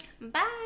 bye